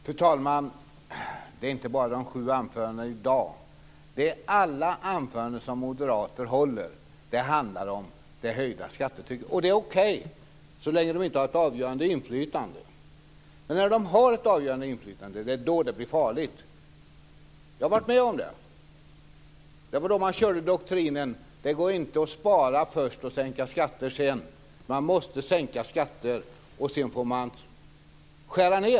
Fru talman! Inte bara de sju anförandena i dag utan alla anföranden som moderater håller handlar om det höjda skattetrycket. Det är okej så länge de inte har ett avgörande inflytande. Men när de har ett avgörande inflytande, det är då det blir farligt. Jag har varit med om det. De har kört doktrinen att det inte går att spara först och sänka skatter sedan, utan man måste sänka skatter och sedan får man skära ned.